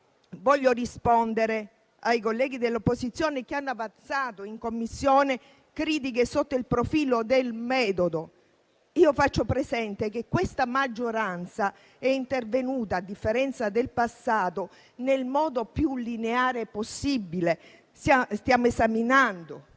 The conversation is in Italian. voglio rispondere ai colleghi dell'opposizione che hanno avanzato in Commissione critiche sotto il profilo del metodo. Faccio presente che questa maggioranza è intervenuta, a differenza del passato, nel modo più lineare possibile. Stiamo esaminando